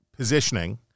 Positioning